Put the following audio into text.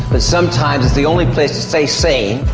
but sometimes it's the only place to stay sane